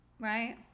Right